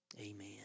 Amen